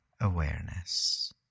awareness